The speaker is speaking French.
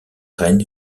reine